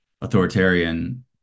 authoritarian